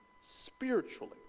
spiritually